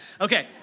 Okay